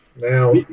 now